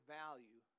value